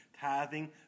tithing